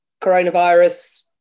coronavirus